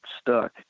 stuck